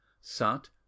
sat